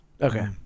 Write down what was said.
Okay